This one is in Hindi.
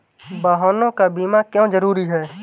वाहनों का बीमा क्यो जरूरी है?